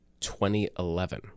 2011